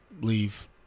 leave